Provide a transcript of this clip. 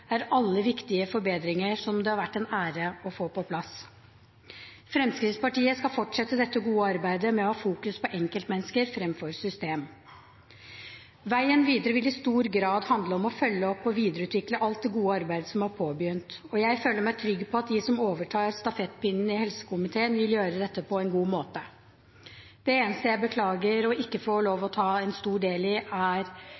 er alle viktige forbedringer som det har vært en ære å få på plass. Fremskrittspartiet skal fortsette dette gode arbeidet med å ha fokus på enkeltmennesker fremfor system. Veien videre vil i stor grad handle om å følge opp og videreutvikle alt det gode arbeidet som er påbegynt, og jeg føler meg trygg på at de som overtar stafettpinnen i helsekomiteen, vil gjøre dette på en god måte. Det eneste jeg beklager ikke å få